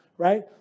Right